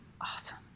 awesome